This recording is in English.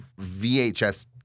VHS